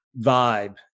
vibe